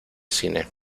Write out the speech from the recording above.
cine